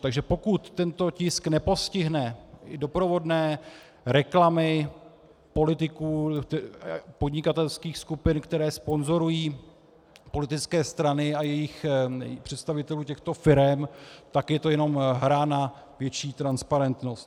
Takže pokud tento tisk nepostihne doprovodné reklamy politiků, podnikatelských skupin, které sponzorují politické strany a představitelů těchto firem, tak je to jenom hra na větší transparentnost.